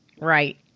Right